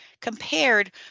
compared